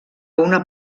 una